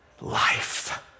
life